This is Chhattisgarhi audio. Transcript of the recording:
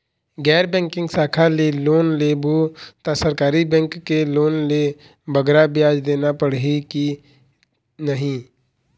गैर बैंकिंग शाखा ले लोन लेबो ता सरकारी बैंक के लोन ले बगरा ब्याज देना पड़ही ही कि नहीं?